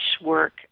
work